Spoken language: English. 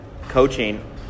coaching